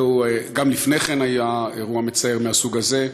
גם לפני כן היה אירוע מצער מהסוג הזה.